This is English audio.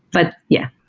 but yeah.